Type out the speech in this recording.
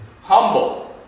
humble